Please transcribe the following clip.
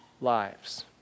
lives